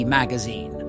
magazine